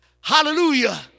Hallelujah